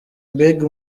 mbega